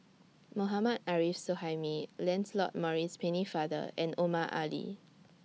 Mohammad Arif Suhaimi Lancelot Maurice Pennefather and Omar Ali